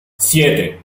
siete